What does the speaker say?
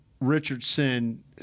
Richardson